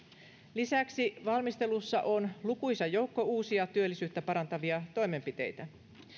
lisäksi valmistelussa on lukuisa joukko uusia työllisyyttä parantavia toimenpiteitä